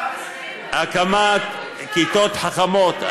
הקמת כיתות חכמות.